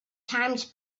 times